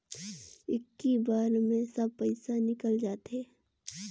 इक्की बार मे सब पइसा निकल जाते?